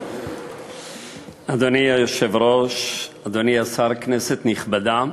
אדוני היושב-ראש, אדוני השר, כנסת נכבדה,